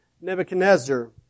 nebuchadnezzar